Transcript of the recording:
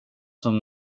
som